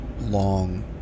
long